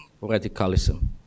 radicalism